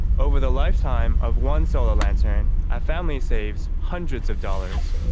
over the lifetime of one solar lantern, a family saves hundreds of dollars,